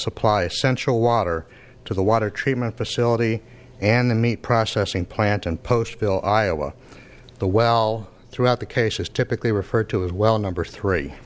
supply essential water to the water treatment facility and the meat processing plant in postville iowa the well throughout the case is typically referred to as well number three